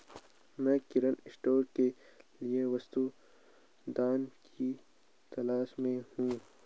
मैं किराना स्टोर के लिए वस्तु धन की तलाश में हूं